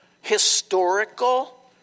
historical